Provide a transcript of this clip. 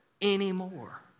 anymore